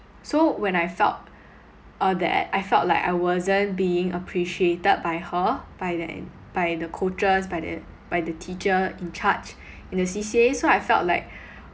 so when I felt uh that I felt like I wasn't being appreciated by her by the by the coaches by the by the teacher in charge in the C_C_A so I felt like